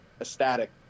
ecstatic